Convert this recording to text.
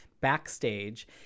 backstage